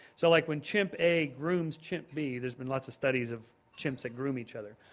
so like when chimp a grooms chimp b there's been lots of studies of chimps that groom each other.